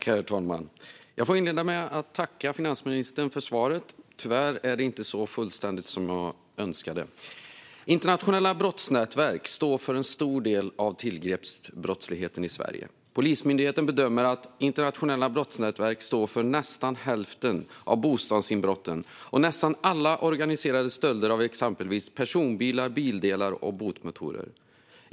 Herr talman! Jag får inleda med att tacka finansministern för svaret. Tyvärr är det inte så fullständigt som jag hade önskat. Internationella brottsnätverk står för en stor del av tillgreppsbrottsligheten i Sverige. Polismyndigheten bedömer att internationella brottsnätverk står för nästan hälften av bostadsinbrotten och nästan alla organiserade stölder av exempelvis personbilar, bildelar och båtmotorer.